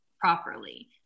properly